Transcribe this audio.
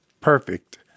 perfect